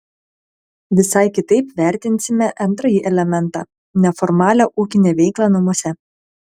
visai kitaip vertinsime antrąjį elementą neformalią ūkinę veiklą namuose